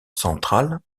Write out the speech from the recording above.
central